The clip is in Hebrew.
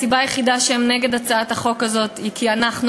הסיבה היחידה לכך שהם נגד הצעת החוק הזאת היא שאנחנו,